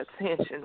attention